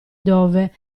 dove